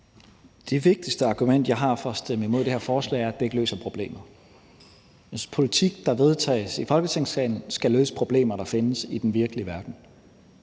Det vigtigste argument, jeg har for at stemme imod det her forslag, er, at det ikke løser problemet. Jeg synes, at politik, der vedtages i Folketingssalen, skal løse problemer, der findes i den virkelige verden.